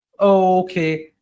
Okay